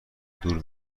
دور